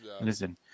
listen